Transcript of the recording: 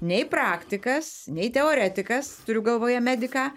nei praktikas nei teoretikas turiu galvoje mediką